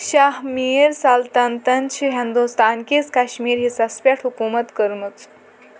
شاہ میٖر سلطنتن چھِ ہندوستانکِس کشمیر حِصس پٮ۪ٹھ حکومت کٔرمٕژ